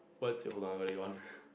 what's your